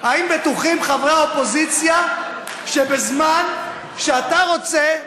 האם בטוחים חברי האופוזיציה שבזמן שאתה רוצה,